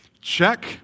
Check